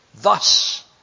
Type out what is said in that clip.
Thus